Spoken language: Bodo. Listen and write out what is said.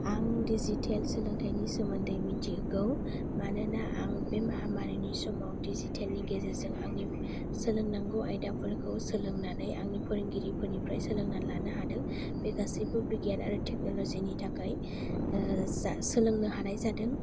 आं डिजिटेल सोलोंथायनि सोमोन्दोयै मिथिगौ मानोना आं बे माहामारिनि समाव डिजिटेल नि गेजेरजों आंनि सोलोंनांगौ आयदाफोरखौ सोलोंनानै आंनि फोरोंगिरिफोरनिफ्राय सोलोंनानै लानो हादों बे गासैबो बिगियान आरो टेकनलजि नि थाखाय जा सोलोंनो हानाय जादों